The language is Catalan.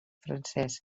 francès